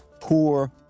poor